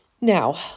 Now